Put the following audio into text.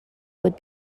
would